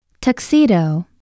Tuxedo